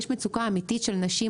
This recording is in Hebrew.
יש מצוקה אמיתית של נשים,